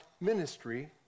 ministry